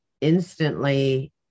instantly